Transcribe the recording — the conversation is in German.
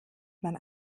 man